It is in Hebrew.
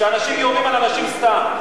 שאנשים יורים על אנשים סתם.